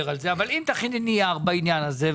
על זה אבל אם תכיני נייר בעניין הזה,